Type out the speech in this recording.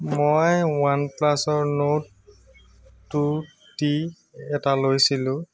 মই one প্লাছৰ note two T এটা লৈছিলোঁ